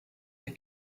der